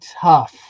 tough